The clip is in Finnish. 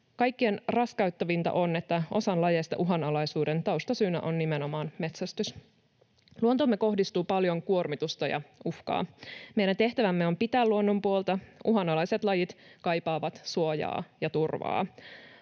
Kaikkein raskauttavinta on, että osan lajeista uhanalaisuuden taustasyynä on nimenomaan metsästys. Luontoomme kohdistuu paljon kuormitusta ja uhkaa. Meidän tehtävämme on pitää luonnon puolta. Uhanalaiset lajit kaipaavat suojaa ja turvaa.